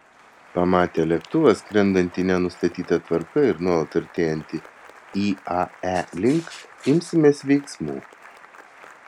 pamatę lėktuvą skrendantį ne nustatyta tvarka ir nuolat artėjantį iae link imsimės veiksmų